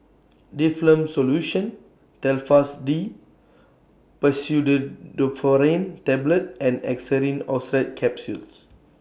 Difflam Solution Telfast D Pseudoephrine Tablets and Xenical Orlistat Capsules